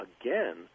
again